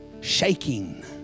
shaking